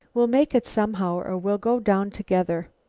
we'll make it somehow, or we'll go down together.